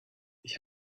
ich